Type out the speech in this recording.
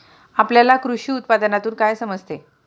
आपल्याला कृषी उत्पादनातून काय समजते?